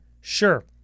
Sure